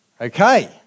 okay